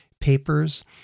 papers